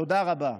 תודה רבה.